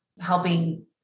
helping